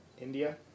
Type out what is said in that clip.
India